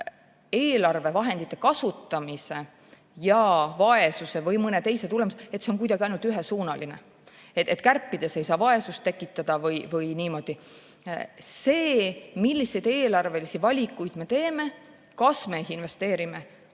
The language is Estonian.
eelarvevahendite kasutamise ja vaesuse või mõne teise tulemuse vahel on kuidagi ainult ühesuunaline, et kärpides ei saa vaesust tekitada või niimoodi. See, milliseid eelarvelisi valikuid me teeme, kas me investeerime kuhugi, on see